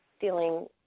feeling